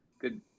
Good